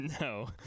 No